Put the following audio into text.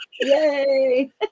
Yay